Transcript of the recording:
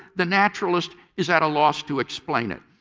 the naturalist is at a loss to explain it.